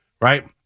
right